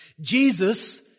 Jesus